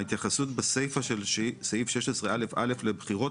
ההתייחסות בסיפה של סעיף 16 א' א' לבחירות